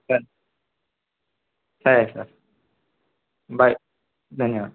sir సరే sir bye ధన్యవాదాలు